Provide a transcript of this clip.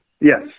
Yes